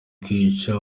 kwica